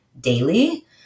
daily